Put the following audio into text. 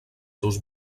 seus